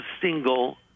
single